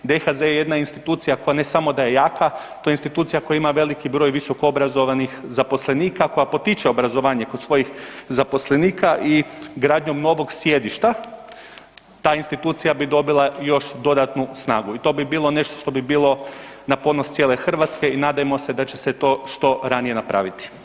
DHZ je jedna institucija koja ne samo da je jaka, to je institucija koja ima veliki broj visoko obrazovnih zaposlenika pa potiče obrazovanje kod svojih zaposlenika i gradnjom novog sjedišta ta institucija bi dobila još dodatnu snagu i to bi bilo nešto što bi bilo na ponos cijele Hrvatske i nadajmo se da će se to što ranije napraviti.